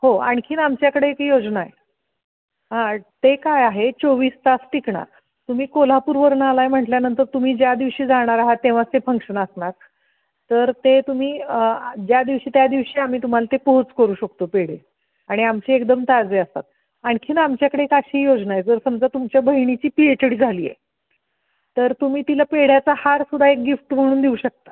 हो आणखी आमच्याकडे एक योजना आहे हां ते काय आहे चोवीस तास टिकणार तुम्ही कोल्हापुरवरून आलाय म्हटल्यानंतर तुम्ही ज्या दिवशी जाणार आहात तेव्हाच ते फंक्शन असणार तर ते तुम्ही ज्या दिवशी त्या दिवशी आम्ही तुम्हाला ते पोहोच करू शकतो पेढे आणि आमचे एकदम ताजे असतात आणखी आमच्याकडे एक अशी योजना आहे जर समजा तुमच्या बहिणीची पीएच डी झाली आहे तर तुम्ही तिला पेढ्याचा हार सुद्धा एक गिफ्ट म्हणून देऊ शकता